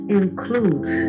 includes